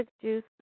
juice